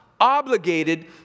obligated